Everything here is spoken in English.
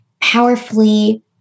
powerfully